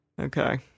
Okay